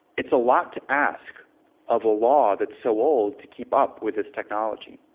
it's a lot to ask of a law that's so old to keep up with this technology.